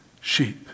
sheep